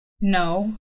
No